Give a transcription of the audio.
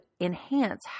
enhance